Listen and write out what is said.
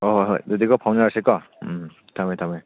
ꯍꯣꯏ ꯍꯣꯏ ꯍꯣꯏ ꯑꯗꯨꯗꯤꯀꯣ ꯐꯥꯎꯅꯔꯁꯤꯀꯣ ꯎꯝ ꯊꯝꯃꯦ ꯊꯝꯃꯦ